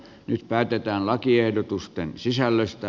nyt päätetään lakiehdotusten sisällöstä